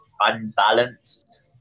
unbalanced